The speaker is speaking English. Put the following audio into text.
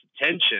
attention